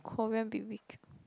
Korean b_b_q